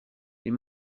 les